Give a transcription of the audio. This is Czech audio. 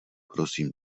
prosím